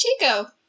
Chico